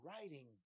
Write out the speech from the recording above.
writing